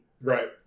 Right